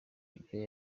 ibyo